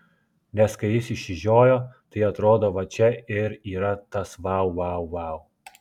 nes kai jis išsižiojo tai atrodo va čia ir yra tas vau vau vau